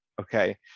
okay